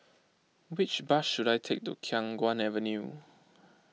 which bus should I take to Khiang Guan Avenue